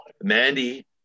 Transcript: Mandy